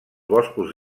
boscos